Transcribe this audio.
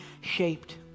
shaped